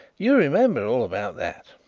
you remember all about that.